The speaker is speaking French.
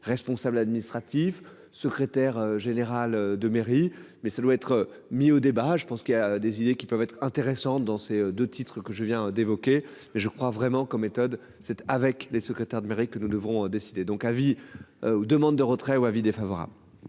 responsable administratif, secrétaire général de mairie mais ça doit être mis au débat, je pense qu'il a des idées qui peuvent être intéressantes dans ces 2 titres que je viens d'évoquer, mais je crois vraiment comme méthode, c'est avec les secrétaires de mairie que nous devrons décider donc avis. Aux demandes de retrait ou avis défavorable.